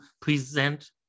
present